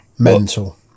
Mental